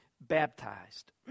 baptized